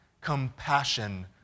compassion